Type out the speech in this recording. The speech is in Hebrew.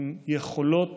עם יכולות